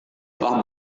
telah